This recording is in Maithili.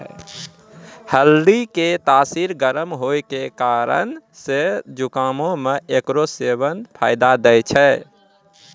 हल्दी के तासीर गरम होय के कारण से जुकामो मे एकरो सेबन फायदा दै छै